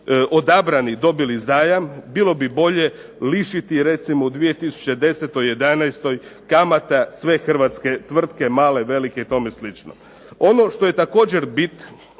odabrani dobili zajam bilo bi bolje lišiti recimo u 2010., 2011. kamata sve hrvatske tvrtke, male, velike i tome slično. Ono što je također bit,